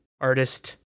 artist